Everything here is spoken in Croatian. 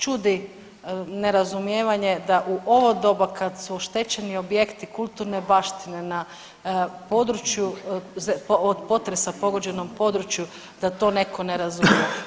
Čudi nerazumijevanje da u ovo doba kad su oštećeni objekti kulturne baštine na području od potresa pogođenom području da to neko ne razumije.